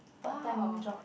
part time job